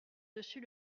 dessus